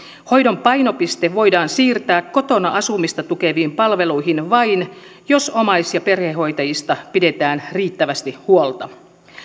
hoidon painopiste voidaan siirtää kotona asumista tukeviin palveluihin vain jos omais ja perhehoitajista pidetään riittävästi huolta